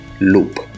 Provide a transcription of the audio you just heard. loop